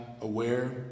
aware